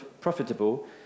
profitable